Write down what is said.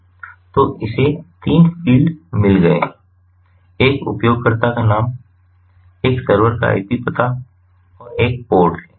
तो इसे तीन फ़ील्ड मिल गए हैं एक उपयोगकर्ता का नाम है एक सर्वर का आईपी पता है और एक पोर्ट है